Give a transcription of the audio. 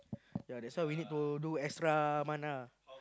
ya that's why we need to do extra month ah